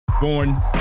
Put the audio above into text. born